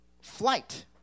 flight